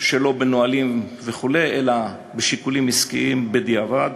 לא בנהלים וכו' אלא בשיקולים עסקיים בדיעבד.